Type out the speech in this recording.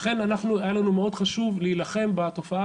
לכן אנחנו היה לנו מאוד חשוב להילחם בתופעה